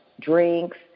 drinks